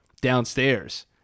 downstairs